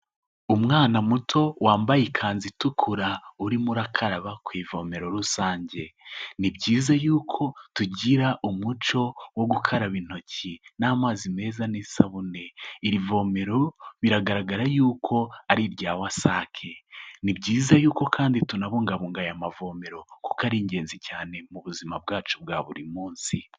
Umwana muto wambaye ikanzu itukura urimo urakaraba ku ivomero rusange. Ni byiza yuko tugira umuco wo gukaraba intoki n'amazi meza n'isabune. Iri vomero biragaragara yuko ari irya WASAC, ni byiza yuko kandi tunabungabunga aya mavomero kuko ari ingenzi cyane mu buzima bwacu bwa buri munsi.